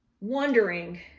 wondering